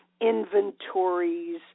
inventories